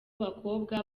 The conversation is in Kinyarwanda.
bakobwa